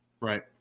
Right